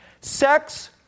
Sex